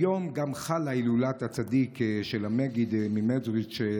היום גם חלה הילולת הצדיק של המגיד ממזריטש,